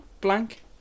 blank